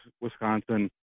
Wisconsin